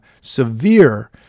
severe